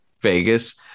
Vegas